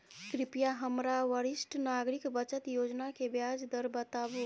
कृपया हमरा वरिष्ठ नागरिक बचत योजना के ब्याज दर बताबू